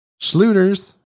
Schluters